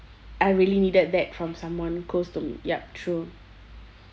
I really needed that from someone close to me yup true